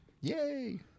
Yay